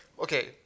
okay